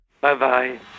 Bye-bye